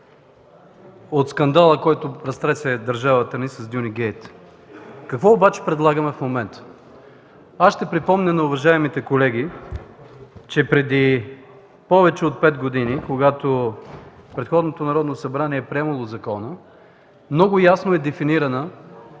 от скандала, който разтресе държавата ни – „Дюни гейт”. Какво обаче предлагаме в момента? Ще припомня на уважаемите колеги, че преди повече от пет години, когато предходното Народно събрание е приемало закона, много ясно е дефинирано